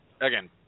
again